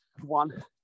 one